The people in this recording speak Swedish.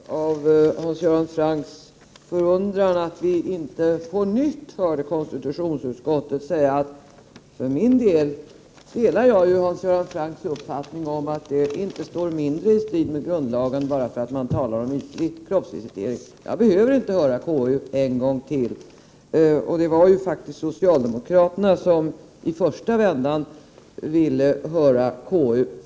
Fru talman! Med anledning av Hans Göran Francks förundran över att vi inte på nytt hörde konstitutionsutskottet vill jag bara säga att jag delar Hans Göran Francks uppfattning att lagförslaget inte står mindre i strid med grundlagen endast därför att man talar om ytlig kroppsvisitering. Jag behöver inte höra KU en gång till, och det var faktiskt socialdemokraterna som i första vändan ville höra KU.